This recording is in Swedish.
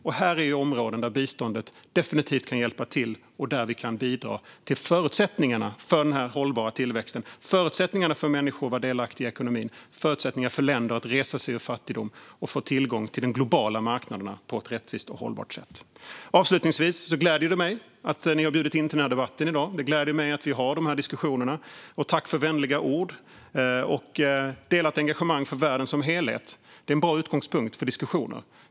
Det här är områden där biståndet definitivt kan hjälpa till och där vi kan bidra till förutsättningarna för den här hållbara tillväxten, förutsättningarna för människor att vara delaktiga i ekonomin och förutsättningar för länder att resa sig ur fattigdom och få tillgång till de globala marknaderna på ett rättvist och hållbart sätt. Avslutningsvis gläder det mig att ni har bjudit in till debatten i dag. Det gläder mig att vi har de här diskussionerna. Tack för vänliga ord och delat engagemang för världen som helhet! Det är en bra utgångspunkt för diskussioner.